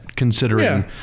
considering